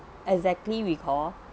exactly recalled